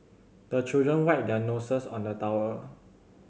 the children wipe their noses on the towel